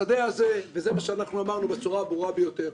השדה הזה, וזה מה שאמרנו בצורה הברורה ביותר,